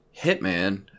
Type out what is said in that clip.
hitman